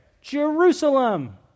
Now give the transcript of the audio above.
Jerusalem